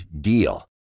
DEAL